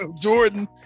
Jordan